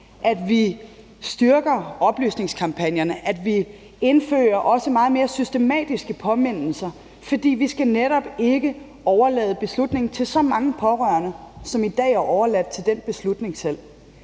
At vi styrker oplysningskampagnerne, at vi indfører også meget mere systematiske påmindelser, fordi vi netop ikke skal overlade beslutningen til så mange pårørende, som i dag er overladt til den beslutning selv.